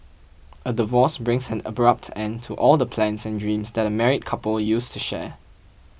a divorce brings an abrupt end to all the plans and dreams that a married couple used to share